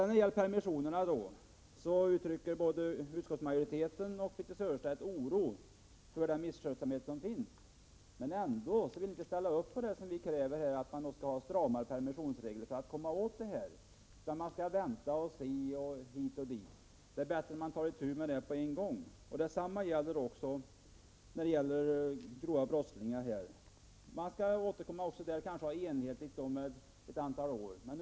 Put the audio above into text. När det gäller permissionerna uttrycker både Birthe Sörestedt och den övriga utskottsmajoriteten oro för den misskötsamhet som förekommer. Men ändå vill de inte ställa sig bakom det som vi kräver när det gäller stramare permissionsregler för att komma åt denna misskötsamhet. I stället anser utskottsmajoriteten att man skall vänta och se, osv. Det är bättre att man tar itu med detta på en gång. Detsamma gäller grova brottslingar. Även i fråga om dem vill utskottsmajoriteten återkomma om ett antal år, så att större enhetlighet uppnås.